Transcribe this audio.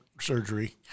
surgery